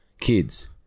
Kids